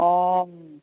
অঁ